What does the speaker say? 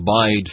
abide